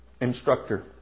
instructor